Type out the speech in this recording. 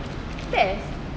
best